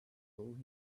told